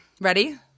Ready